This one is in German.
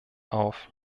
auf